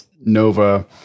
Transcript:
Nova